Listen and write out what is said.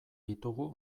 ditugu